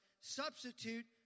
substitute